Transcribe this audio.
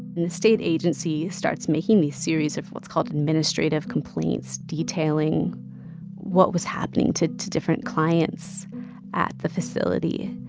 the state agency starts making these series of what's called administrative complaints detailing what was happening to to different clients at the facility